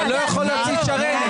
אתה לא יכול להוציא את שרן.